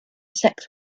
sex